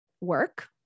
work